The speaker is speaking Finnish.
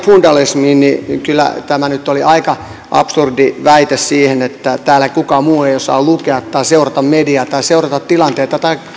fundamentalismiin niin kyllä tämä nyt oli aika absurdi väite että täällä kukaan muu ei osaa lukea tai seurata mediaa tai seurata tilanteita tai